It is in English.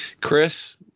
Chris